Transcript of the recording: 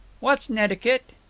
what's necticut?